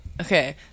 Okay